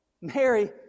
Mary